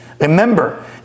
remember